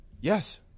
Yes